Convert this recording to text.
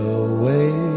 away